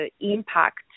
impact